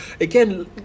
Again